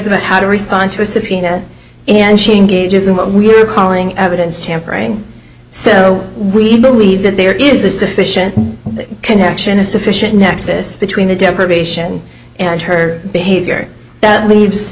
about how to respond to a subpoena and she engages in what we are calling evidence tampering so we believe that there is this sufficient connection a sufficient nexus between the deprivation and her behavior that leaves